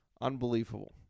Unbelievable